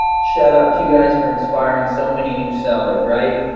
shoutout to you guys for inspiring so many new sellers right.